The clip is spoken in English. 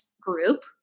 group